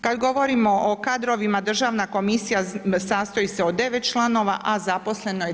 Kad govorimo o kadrovima, Državna komisija sastoji se od 9 članova a zaposleno je 29.